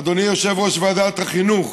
אדוני יושב-ראש ועדת החינוך,